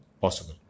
possible